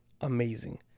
Amazing